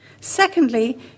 Secondly